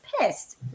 pissed